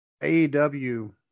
AEW